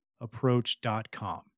approach.com